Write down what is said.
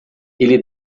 ele